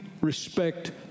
respect